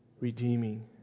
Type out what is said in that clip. redeeming